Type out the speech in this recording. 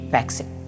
Vaccine